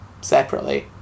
separately